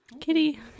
kitty